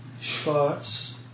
Schwarz